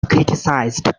criticized